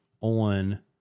on